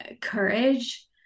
Courage